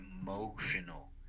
emotional